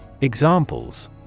Examples